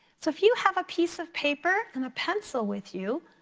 so if you have a piece of paper and a pencil with you,